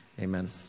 Amen